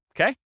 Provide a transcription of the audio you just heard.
okay